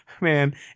Man